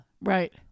right